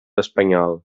espanyol